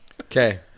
Okay